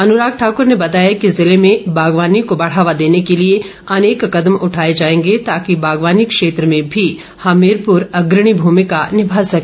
अनुराग ठाकर ने बताया कि जिले में बागवानी को बढावा देने के लिए अनेक कदम उठाए जाएंगे ताकि बागवानी क्षेत्र में भी हमीरपुर अग्रणी भूमिका निभा सके